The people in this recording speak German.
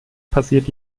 passiert